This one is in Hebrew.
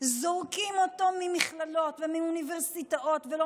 זורקים אותו ממכללות ומאוניברסיטאות ולא